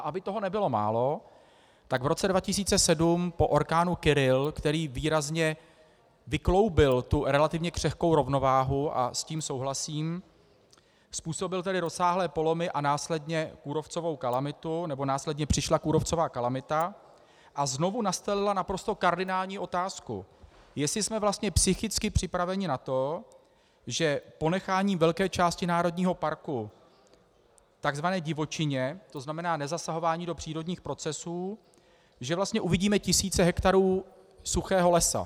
Aby toho nebylo málo, tak v roce 2007 po orkánu Kyrill, který výrazně vykloubil tu relativně křehkou rovnováhu, s tím souhlasím, způsobil tedy rozsáhlé polomy a následně kůrovcovou kalamitu, nebo následně přišla kůrovcová kalamita a znovu nastolila naprosto kardinální otázku, jestli jsme vlastně psychicky připraveni na to, že ponecháním velké části národního parku takzvané divočině, to znamená nezasahování do přírodních procesů, že vlastně uvidíme tisíce hektarů suchého lesa.